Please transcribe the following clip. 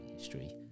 history